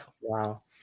Wow